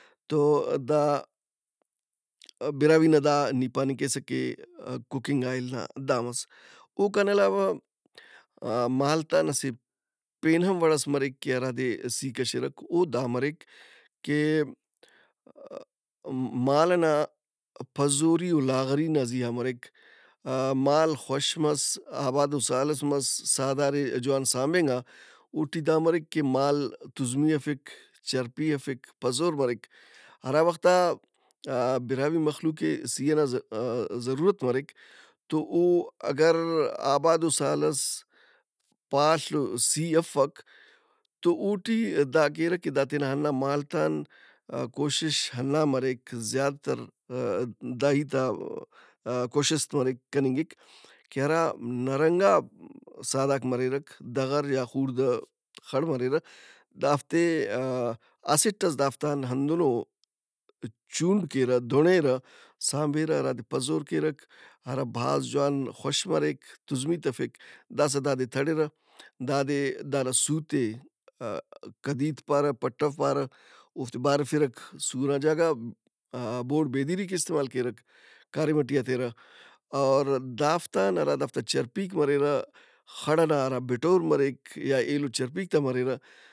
تودا براہوئی نا دا نی پاننگ کیسہ کہ کوکنگ آئل نا دا مس۔ اوکان علاوہ مالت آن اسہ پین ہم وڑئس مریک کہ ہرادے سِی کشِرہ۔ او دا مریک کہ ا-ا- مال ئنا پزوری و لاغری نا زی آ مریک۔ مال خوش مس، آبادو سالس مس، سہدارے جوان سانبنگا اوٹی دا مریک کہ مال تُزمی ارفِک، چرپی ارفک پزور مریک۔ ہرا وخت آ براہوئی مخلوق ئے سِی ئنا ضہ- ضرورت مریک تو او اگرآبادو سالس پاڷ و سِی افک تو اوٹی دا کیرہ کہ دا تینا ہنّا مالت ان کوشش ہنّا مریک زیات تردا ہیت آ کوشست مریک کننگک کہ ہرانرنگا سہدارک مریرک دغر یا خوڑدہ خر مریرہ دافتے اسٹ ئس دافت ان ہندنو چونڑ کیرہ دُڑیرہ، سانبرہ ہرادے پزور کیرک ہرا بھاز جوان خوش مریک تُزمی تفک۔ داسا دادے تڑِرہ دادے دانا سُوت ئے کدِیت پارہ پَٹّو پارہ اوفتے بارِفرہ سُو نا جاگہ بوڑ بیدیری کہ استعمال کیرہ، کاریم ئٹی ہتیرہ۔ اور دافت ان ہرا دافتا چرپِیک مریرہ، خڑ ئنا ہرا بٹور مریک یا ایلو چرپیک تا مریرہ